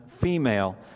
female